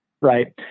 Right